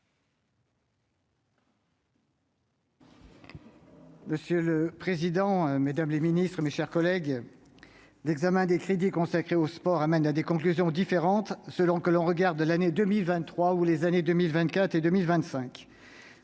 madame la ministre, mesdames les secrétaires d'État, mes chers collègues, l'examen des crédits consacrés au sport conduit à des conclusions différentes, selon que l'on regarde l'année 2023 ou les années 2024 et 2025.